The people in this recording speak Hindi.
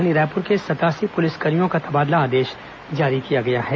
राजधानी रायपुर के सतयासी पुलिसकर्मियों का तबादला आदेश जारी किया गया है